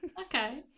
okay